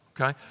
okay